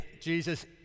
Jesus